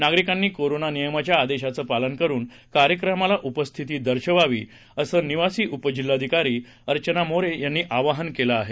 नागरिकांनी कोरोना नियमाच्या आदेशाचे पालन करुन कार्यक्रमाला उपस्थिती दर्शवावी असं निवासी उपजिल्हाधिकारी अर्चना मोरे यांनी आवाहन केलं आहे